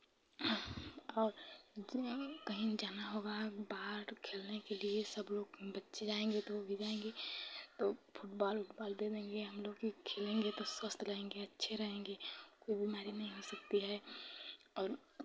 और जि कहीं जाना होगा बाहर खेलने के लिए सब लोग बच्चे जाएँगे तो वो भी जाएँगे तो फुटबॉल ओटबॉल दे देंगे हम लोग कि खेलेंगे तो स्वस्थ रहेंगे अच्छे रहेंगे कोई बीमारी नहीं हो सकती है और